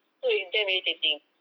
so it's damn irritating